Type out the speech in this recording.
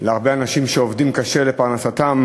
להרבה אנשים שעובדים קשה לפרנסתם.